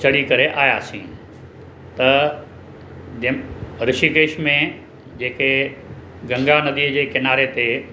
चढ़ी करे आयासीं त ऋषिकेश में जेके गंगा नदीअ जे किनारे ते